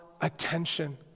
attention